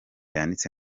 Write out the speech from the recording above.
yanditse